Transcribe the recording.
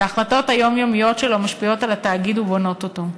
וההחלטות היומיומיות שלו משפיעות על התאגיד ובונות אותו.